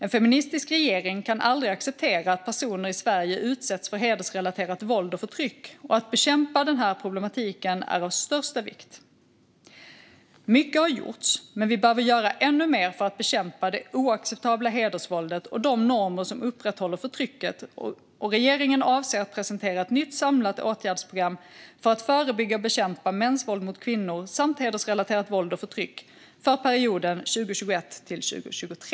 En feministisk regering kan aldrig acceptera att personer i Sverige utsätts för hedersrelaterat våld och förtryck, och att bekämpa den här problematiken är av största vikt. Mycket har gjorts, men vi behöver göra ännu mer för att bekämpa det oacceptabla hedersvåldet och de normer som upprätthåller förtrycket. Regeringen avser att presentera ett nytt samlat åtgärdsprogram för att förebygga och bekämpa mäns våld mot kvinnor samt hedersrelaterat våld och förtryck för perioden 2021-2023.